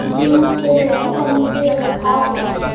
جی ہم چھ لوگ ہیں اور مجھے تھار چاہیے